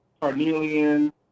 carnelian